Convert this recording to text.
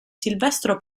silvestro